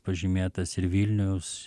pažymėtas ir vilniaus